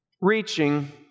reaching